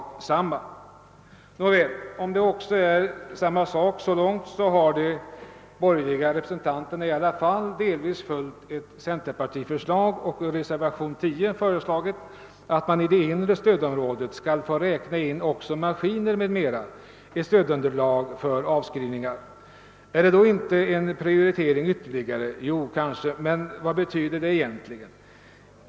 Nåväl, om det också är fråga om samma sak så långt, har de borgerliga representanterna i alla fall delvis följt ett centerpartiförslag och i reservationen 10 föreslagit, att man inom det inre stödområdet skall få räkna in också maskiner m.m. i stödunderlaget för avskrivningar. Är inte detta en ytterligare prioritering? Jo, kanske, men vad betyder det egentligen?